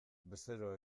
bezeroa